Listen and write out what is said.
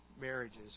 marriages